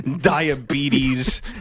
Diabetes